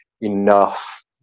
enough